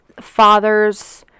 fathers –